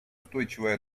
устойчивая